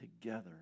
together